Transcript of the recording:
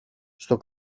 στο